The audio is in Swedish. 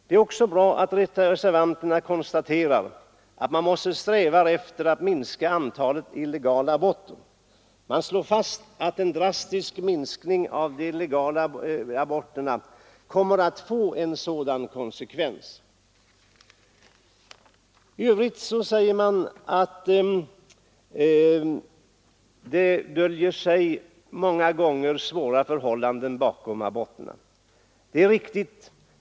Det är också bra att reservanterna konstaterar att man måste sträva efter att minska antalet illegala aborter. De slår fast att en drastisk minskning av möjligheterna till legal abort skulle få den motsatta konsekvensen. I övrigt erinrar reservanterna om att det många gånger döljer sig svåra förhållanden bakom aborterna. Det är riktigt.